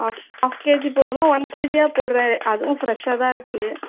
half half KG போதுமா one கேஜியாக போடுறேன் அதுவும் ஃப்ரெஷ்ஷாக தான் இருக்குது